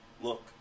look